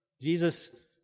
Jesus